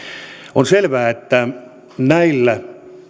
on selvää että näillä